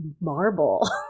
marble